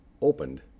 opened